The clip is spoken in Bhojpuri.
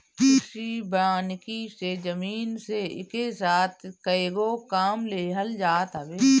कृषि वानिकी से जमीन से एके साथ कएगो काम लेहल जात हवे